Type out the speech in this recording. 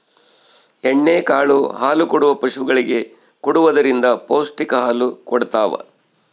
ಎಣ್ಣೆ ಕಾಳು ಹಾಲುಕೊಡುವ ಪಶುಗಳಿಗೆ ಕೊಡುವುದರಿಂದ ಪೌಷ್ಟಿಕ ಹಾಲು ಕೊಡತಾವ